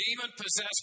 demon-possessed